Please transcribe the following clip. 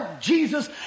Jesus